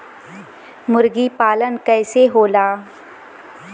मुर्गी पालन कैसे होला?